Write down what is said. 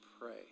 pray